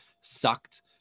sucked